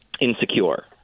insecure